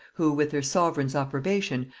who, with their sovereign's approbation,